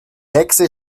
hexe